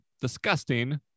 Disgusting